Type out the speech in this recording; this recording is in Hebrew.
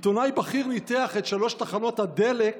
עיתונאי בכיר ניתח את שלוש תחנות הדלק